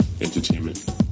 Entertainment